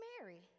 Mary